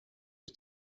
was